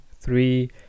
three